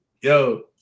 yo